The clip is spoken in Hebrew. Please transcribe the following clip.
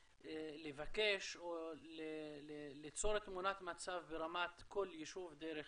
ליצור את תמונת המצב ברמת כל יישוב דרך